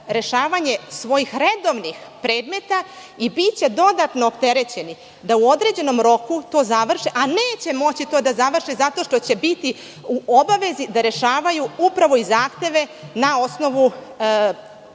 rešavanje svojih redovnih predmeta i biće dodatno preopterećeni da u određenom roku to završe, a neće moći to da završe zato što će biti u obavezi da rešavaju zahteve na osnovu